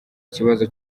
ikibazo